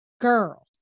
girl